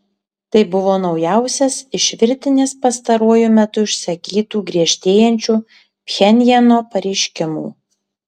tai buvo naujausias iš virtinės pastaruoju metu išsakytų griežtėjančių pchenjano pareiškimų